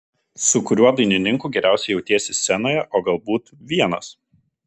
su kuriuo dainininku geriausiai jautiesi scenoje o galbūt vienas